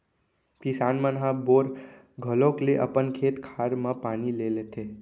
किसान मन ह बोर घलौक ले अपन खेत खार म पानी ले लेथें